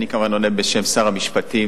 אני כמובן עונה בשם שר המשפטים,